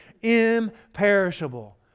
imperishable